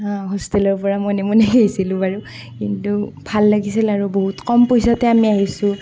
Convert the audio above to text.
হোষ্টেলৰ পৰা মনে মনে গৈছিলোঁ বাৰু কিন্তু ভাল লাগিছিল আৰু বহুত কম পইচাতে আমি আহিছোঁ